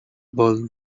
vol